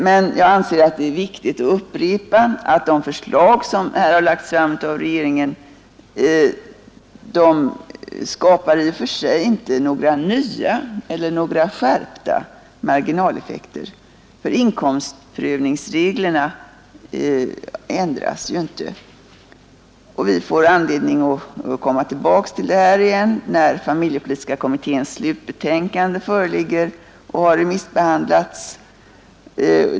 Men jag anser att det är viktigt att upprepa att de förslag som lagts fram av regeringen i och för sig inte skapar några nya eller några skärpta marginaleffekter, ty inkomstprövningsreglerna ändras ju inte. Vi får anledning att komma tillbaka till detta, när familjepolitiska kommitténs slutbetänkande föreligger och har remissbehandlats.